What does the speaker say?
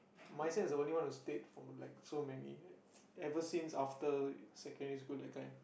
myself is the only one that stayed for like so many ever since after secondary school that kind